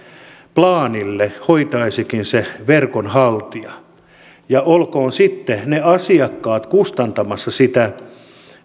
plaanille hoitaisikin se verkon haltija olkoot sitten ne asiakkaat kustantamassa sitä